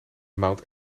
mount